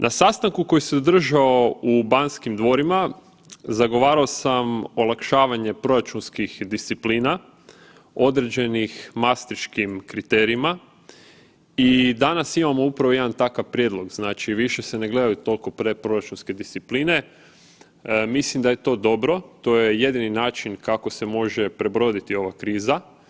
Na sastanku koji se održao u Banskim dvorima zagovarao sam olakšavanje proračunskih disciplina određenih masterškim kriterijima i danas imao upravo jedan takav prijedlog, znači više se ne gledaju toliko predproračunske discipline, mislim da je to dobro, to je jedini način kako se može prebroditi ova kriza.